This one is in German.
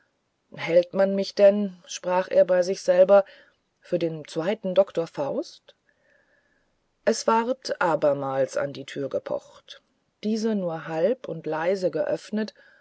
hält man mich denn sprach er bei sich selbst für den zweiten doktor faust es ward abermals an die tür gepocht diese nur halb und leise geöffnet